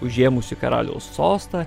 užėmusį karaliaus sostą